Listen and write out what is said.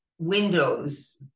windows